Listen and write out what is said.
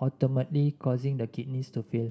ultimately causing the kidneys to fail